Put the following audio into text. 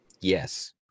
Yes